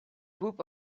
group